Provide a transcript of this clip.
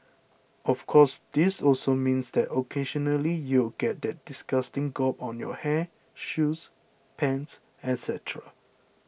of course this also means that occasionally you'll get that disgusting gob on your hair shoes pants etcetera